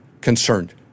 concerned